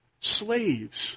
slaves